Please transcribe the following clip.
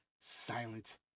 Silent